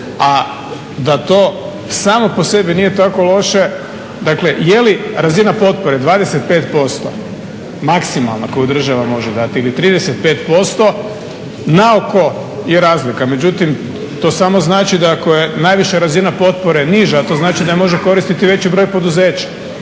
A da to samo po sebi nije tako loše dakle jeli razina potpore 25% maksimalna koju država može dati ili 35%? Na oko je razlika, međutim to samo znači da ako je najviša razina potpore niža, a to znači da je može koristiti veći broj poduzeća.